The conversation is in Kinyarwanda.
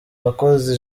bakoze